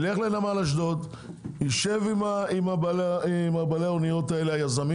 הוא ילך לנמל אשדוד, יישב עם בעלי האניות היזמים.